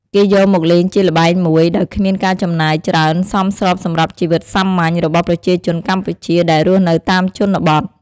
គេយកមកលេងជាល្បែងមួយ ដោយគ្មានការចំណាយច្រើនសមស្របសម្រាប់ជីវិតសាមញ្ញរបស់ប្រជាជនកម្ពុជាដែលរស់នៅតាមជនបទ។